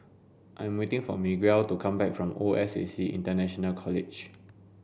I'm waiting for Miguel to come back from O S A C International College